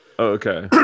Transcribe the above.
okay